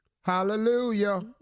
Hallelujah